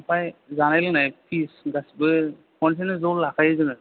आमफ्राय जानाय लोंनाय फिस गासैबो खनसेनो ज' लाखायो जोङो